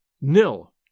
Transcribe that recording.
nil